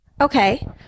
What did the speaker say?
Okay